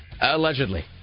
Allegedly